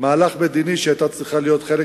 מהלך מדיני שהיא היתה צריכה להיות חלק